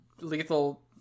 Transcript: lethal